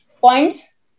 points